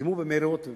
שקידמו במהירות.